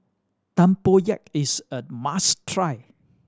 tempoyak is a must try